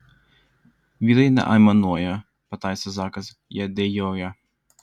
vyrai neaimanuoja pataisė zakas jie dejuoja